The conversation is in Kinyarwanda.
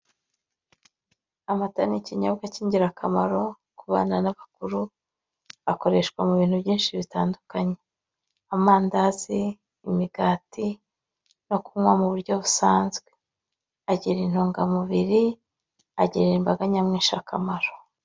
Amata ni ikinyobwa cy'ingirakamaro ku bana n'abakuru, akoreshwa mu bintu byinshi bitandukanye, amandazi, imigati no kunywa mu buryo busanzwe, agira intungamubiri, agirira imbaga nyamwinshi akamaro.